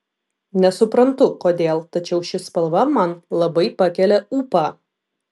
nesuprantu kodėl tačiau ši spalva man labai pakelia ūpą